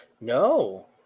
No